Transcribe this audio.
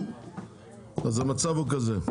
אז המצב הוא כזה,